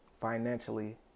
financially